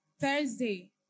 Thursday